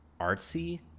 artsy